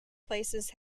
places